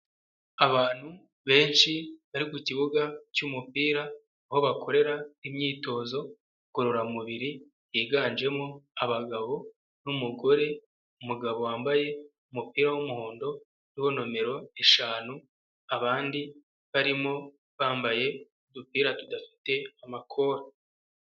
Abantu benshi bari ku kibuga cy'umupira aho bakorera imyitozo ngororamubiri yiganjemo abagabo n'umugore, umugabo wambaye umupira w'umuhondo uriho nomero eshanu, abandi barimo bambaye udupira tudafite amakoti.